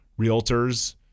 Realtors